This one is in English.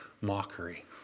mockery